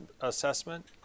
assessment